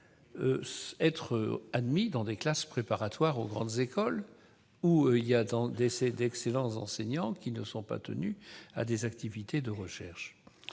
être admis dans des classes préparatoires aux grandes écoles où exercent d'excellents enseignants qui ne sont pas tenus à des activités de recherche